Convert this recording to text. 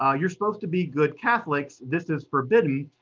ah you're supposed to be good catholics, this is forbidden.